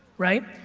right?